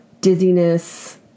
dizziness